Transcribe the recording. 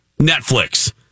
Netflix